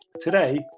Today